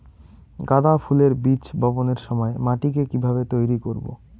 গাদা ফুলের বীজ বপনের সময় মাটিকে কিভাবে তৈরি করব?